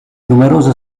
numerose